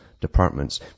departments